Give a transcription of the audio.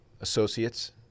associates